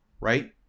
right